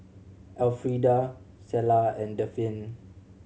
Elfrieda Clella and Daphne